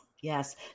Yes